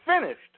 finished